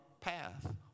path